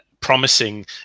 promising